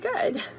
good